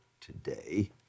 today